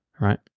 right